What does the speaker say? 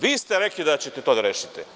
Vi ste rekli da ćete to da rešite.